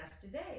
today